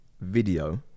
video